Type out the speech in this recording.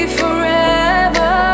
forever